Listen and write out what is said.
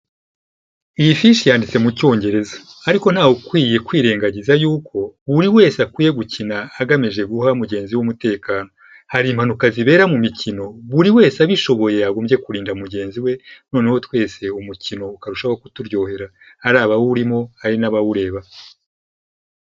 Iyi fishi yanditse mu Cyongereza ariko ntawe ukwiye kwirengagiza yuko buri wese akwiye gukina agamije guha mugenzi we umutekano, hari impanuka zibera mu mikino buri wese abishoboye yagombye kurinda mugenzi we noneho twese umukino ukarushaho kuturyohera, ari abawurimo ari n'abawureba.